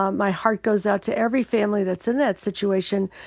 um my heart goes out to every family that's in that situation.